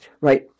Right